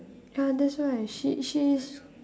ya that's why she she is